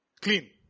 Clean